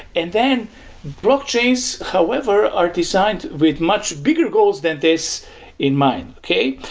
and then blockchains however are designed with much bigger goals that this in mind, okay?